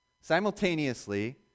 simultaneously